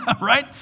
right